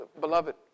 beloved